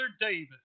David